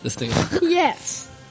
Yes